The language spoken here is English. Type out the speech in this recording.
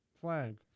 flag